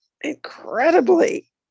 incredibly